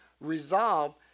Resolve